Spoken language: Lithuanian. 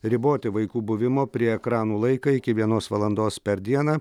riboti vaikų buvimo prie ekranų laiką iki vienos valandos per dieną